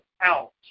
out